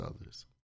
others